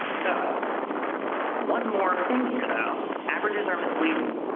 so one more thing here though, averages or misleading.